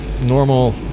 normal